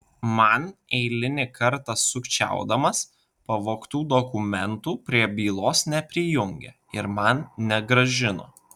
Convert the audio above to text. man eilinį kartą sukčiaudamas pavogtų dokumentų prie bylos neprijungė ir man negrąžino